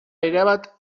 erabat